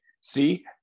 see